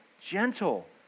gentle